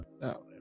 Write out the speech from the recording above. No